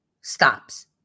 stops